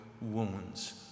wounds